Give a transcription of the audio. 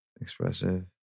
Expressive